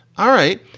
all right.